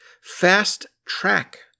fast-track